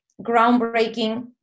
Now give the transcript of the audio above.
groundbreaking